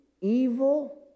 evil